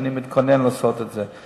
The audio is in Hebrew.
אני מתכונן לעשות את זה.